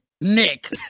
Nick